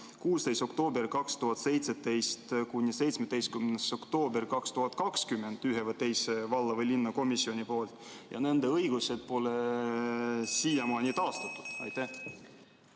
16. oktoober 2017 kuni 17. oktoober 2020 ühes või teises valla- või linnakomisjonis ja kelle õigusi pole siiamaani taastatud? Nende